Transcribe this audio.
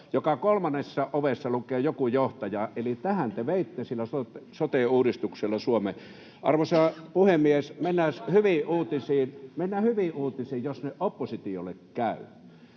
Joka kolmannessa ovessa lukee joku johtaja, eli tähän te veitte silloin sote-uudistuksella Suomen. Arvoisa puhemies! Mennään hyviin uutisiin, jos ne oppositiolle käyvät.